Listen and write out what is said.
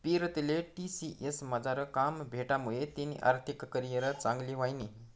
पीरतीले टी.सी.एस मझार काम भेटामुये तिनी आर्थिक करीयर चांगली व्हयनी